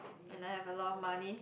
when I have a lot of money